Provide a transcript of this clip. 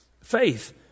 faith